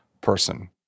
person